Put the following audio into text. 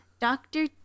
Doctor